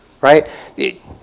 right